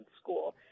school